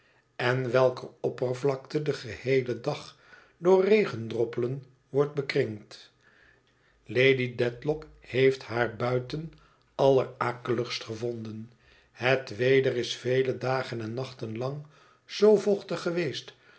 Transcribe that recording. en welker oppervlakte den geheelen dag door regendroppelen wordt bekringd lady dedlock heeft haar buiten allerakeligst gevonden het weder is vele dagen en nachten lang zoo vochtig geweest